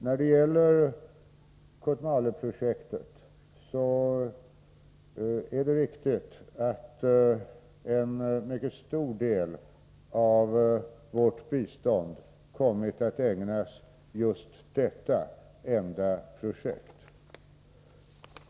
När det gäller Kotmale-projektet är det riktigt att en mycket stor del av vårt bistånd kommit att ägnas just detta enda projekt.